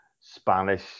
Spanish